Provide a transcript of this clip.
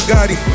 Gotti